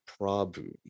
Prabhu